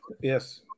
Yes